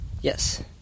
Yes